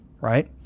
right